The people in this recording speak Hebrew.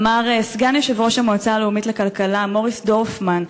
אמר סגן יושב-ראש המועצה הלאומית לכלכלה מוריס דורפמן,